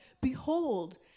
behold